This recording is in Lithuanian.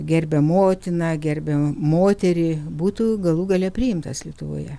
gerbia motiną gerbia moterį būtų galų gale priimtas lietuvoje